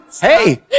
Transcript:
hey